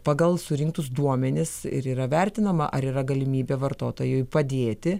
pagal surinktus duomenis ir yra vertinama ar yra galimybė vartotojui padėti